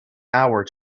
hour